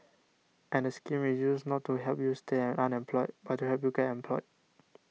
and the scheme is used not to help you stay unemployed but help you get employed